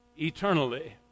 eternally